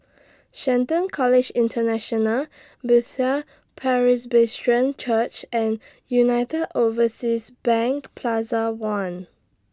Shelton College International Bethel Presbyterian Church and United Overseas Bank Plaza one